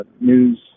news